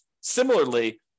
Similarly